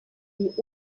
die